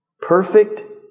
Perfect